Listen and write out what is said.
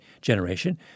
generation